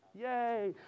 Yay